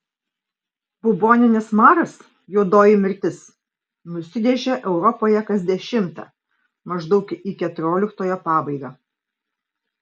buboninis maras juodoji mirtis nusinešė europoje kas dešimtą maždaug į keturioliktojo pabaigą